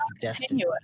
destiny